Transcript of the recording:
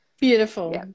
Beautiful